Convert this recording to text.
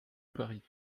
paris